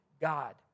God